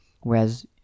Whereas